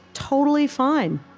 totally fine.